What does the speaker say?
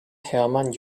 hermann